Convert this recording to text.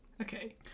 Okay